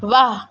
واہ